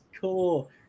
cool